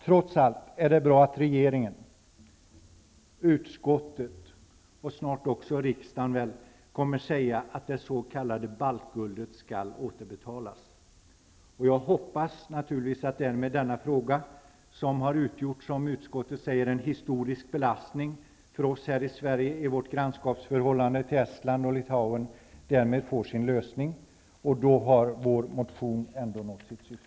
Trots allt är det bra att regeringen, utskottet och snart förmodligen även riksdagen kommer att säga att det s.k. baltguldet skall återbetalas. Jag hoppas naturligtvis att denna fråga, som har utgjort, som utskottet skriver, en historisk belastning för oss här i Sverige i vårt grannskapsförhållande till Estland och Litauen, därmed får sin lösning. Då har vår motion ändå nått sitt syfte.